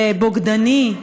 לבוגדני,